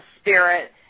spirit